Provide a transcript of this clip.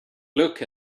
look